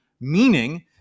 meaning